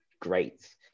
great